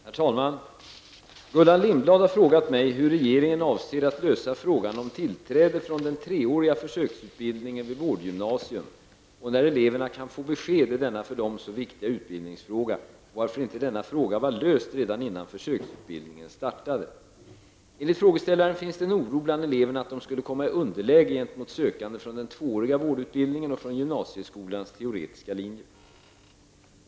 Herr talman! Gullan Lindblad har frågat mig hur regeringen avser att lösa frågan om tillträde från den treåriga försöksutbildningen vid vårdgymnasium och när eleverna kan få besked i denna för dem så viktiga utbildningsfråga och varför inte denna fråga var löst redan innan försöksutbildningen startade. Enligt frågeställaren finns det en oro bland eleverna att de skulle komma i underläge gentemot sökande från den tvååriga vårdutbildningen och från gymnasieskolans teoretiska linjer.